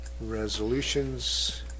resolutions